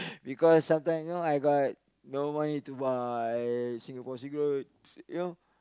because sometimes you know I got no money to buy Singapore cigarettes you know